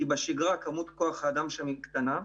כי כמות כוח האדם בשגרה היא קטנה.